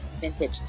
vintage